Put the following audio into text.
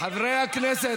חברי הכנסת,